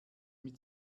mit